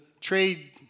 Trade